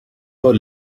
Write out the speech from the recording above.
her